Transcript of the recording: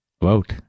vote